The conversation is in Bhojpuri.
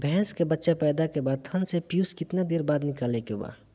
भैंस के बच्चा पैदा के बाद थन से पियूष कितना देर बाद निकले के बा?